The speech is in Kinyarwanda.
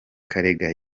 karega